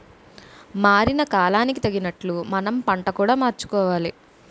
మారిన కాలానికి తగినట్లు మనం పంట కూడా మార్చుకోవాలి